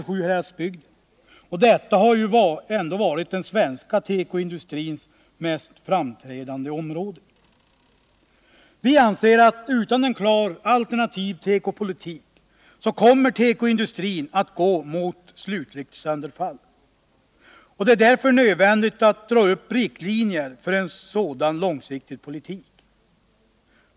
i Sjuhäradsbygden — är lika oroande, och detta har ändå varit den svenska tekoindustrins mest framträdande område. Vi anser att utan en klar alternativ tekopolitik kommer tekoindustrin att gå mot slutligt sönderfall. Det är därför nödvändigt att dra upp riktlinjer för en sådan långsiktig politik.